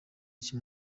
iki